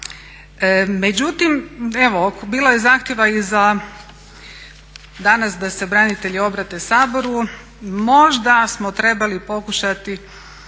Međutim, evo bilo je zahtjeva danas da se branitelji obrate Saboru, možda smo trebali pokušati